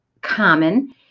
common